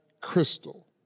crystal